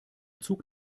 zug